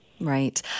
Right